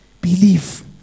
believe